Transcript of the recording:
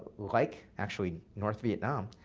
like actually north vietnam,